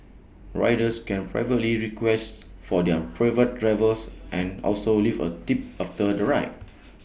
riders can privately request for their preferred drivers and also leave A tip after the ride